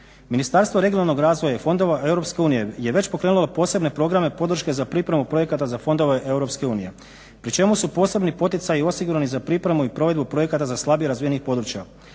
Ministarstvo regionalnog razvoja i fondova EU je već pokrenulo posebne programe podrške za pripremu projekata za fondove EU pri čemu su posebni poticaji osigurani za pripremu i provedbu projekata za slabije razvijena područja.